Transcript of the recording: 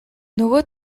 нөгөө